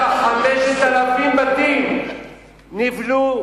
וככה 5,000 בתים נבנו,